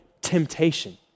temptation